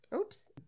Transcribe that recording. oops